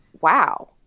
wow